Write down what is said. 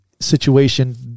situation